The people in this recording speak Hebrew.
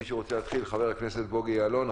חבר הכנסת בוגי יעלון,